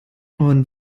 und